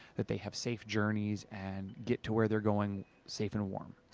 that they have safe journeys and get to where they're going safe and warm.